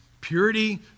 purity